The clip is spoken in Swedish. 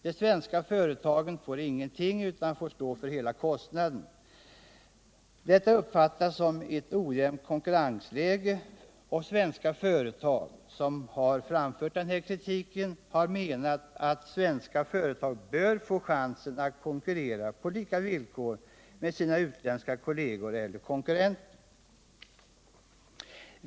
Det svenska företaget får ingenting, utan får stå för hela kostnaden själv. Detta uppfattas som ett ojämnt konkurrensläge och svenska företag, som har framfört den här kritiken, har menat att svenska företag bör få chansen att konkurrera på lika villkor med sina utländska kolleger eller konkurrenter.